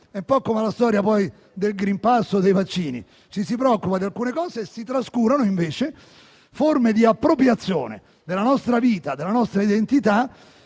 un po' come la storia del *green pass* o dei vaccini: ci si preoccupa di alcune cose, ma si trascurano forme di appropriazione della nostra vita e della nostra identità